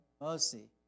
mercy